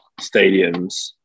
stadiums